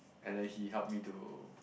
and then he help me to